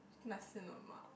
Nasi-Lemak